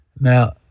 Now